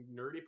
nerdy